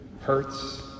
hurts